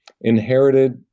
inherited